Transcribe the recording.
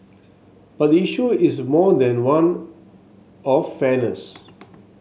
but the issue is more than one of fairness